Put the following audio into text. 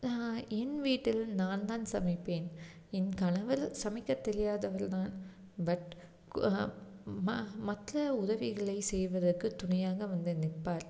என் வீட்டில் நான் தான் சமைப்பேன் என் கணவர் சமைக்க தெரியாதவர் தான் பட் ம மற்ற உதவிகளை செய்வதற்கு துணையாக வந்து நிற்பார்